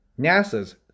NASA's